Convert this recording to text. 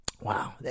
Wow